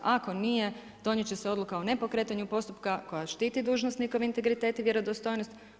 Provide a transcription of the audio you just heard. Ako nije, donijeti će se odluka o nepokretanju postupka koja štiti dužnosnikov integritet i vjerodostojnost.